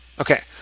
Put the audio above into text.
Okay